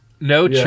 No